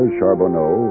Charbonneau